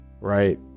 right